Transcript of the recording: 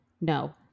no